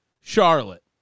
Charlotte